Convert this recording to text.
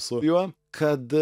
su juo kad